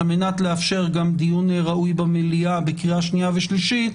על מנת לאפשר דיון ראוי במליאה בקריאה שנייה ושלישית,